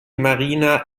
marina